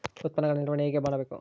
ಉತ್ಪನ್ನಗಳ ನಿರ್ವಹಣೆ ಹೇಗೆ ಮಾಡಬೇಕು?